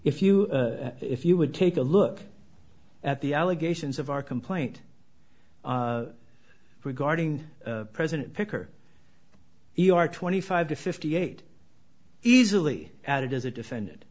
if you if you would take a look at the allegations of our complaint regarding president picker you are twenty five to fifty eight easily added as a defendant